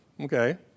Okay